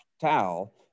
towel